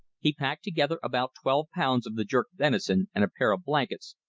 he packed together about twelve pounds of the jerked venison and a pair of blankets,